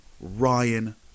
Ryan